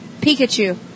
Pikachu